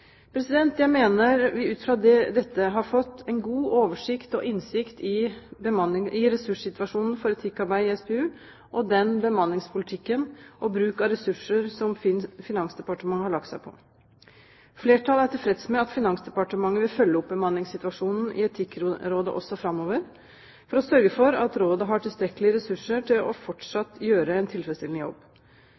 Jeg mener vi ut fra dette har fått en god oversikt over og innsikt i ressurssituasjonen for etikkarbeidet i SPU og den bemanningspolitikken og bruk av ressurser som Finansdepartementet har lagt seg på. Flertallet er tilfreds med at Finansdepartementet vil følge opp bemanningssituasjonen i Etikkrådet også framover for å sørge for at rådet har tilstrekkelige ressurser til fortsatt å gjøre en tilfredsstillende jobb.